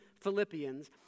Philippians